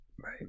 right